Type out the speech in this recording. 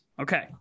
okay